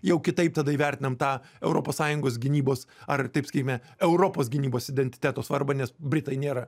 jau kitaip tada įvertinam tą europos sąjungos gynybos ar taip sakykime europos gynybos identiteto svarbą nes britai nėra